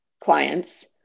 clients